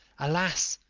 alas!